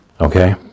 Okay